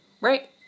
right